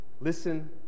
Listen